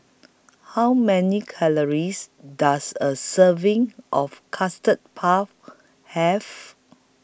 How Many Calories Does A Serving of Custard Puff Have